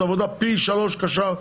שזאת עבודה פי שלוש יותר קשה,